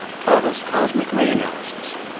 taught us cosmic-ray analysis,